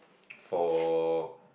for